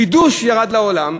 חידוש ירד לעולם,